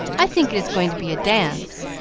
i think it is going to be a dance.